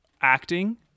acting